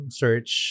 search